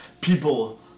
people